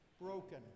broken